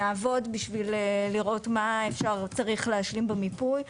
נעבוד בשביל לראות מה אפשר וצריך להשלים במיפוי.